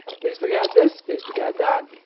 facebook ad this, facebook ad that.